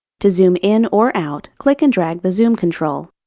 to zoom in or out, click and drag the zoom control.